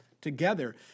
together